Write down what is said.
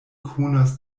konas